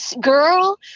girl